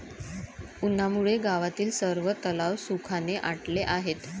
उन्हामुळे गावातील सर्व तलाव सुखाने आटले आहेत